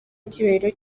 icyubahiro